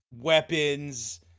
weapons